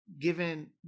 given